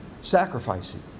Sacrificing